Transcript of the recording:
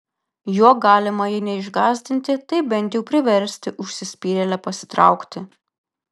juo galima jei neišgąsdinti tai bent jau priversti užsispyrėlę pasitraukti